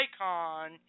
icon